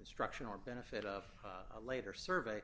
instruction or benefit of a later survey